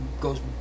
goes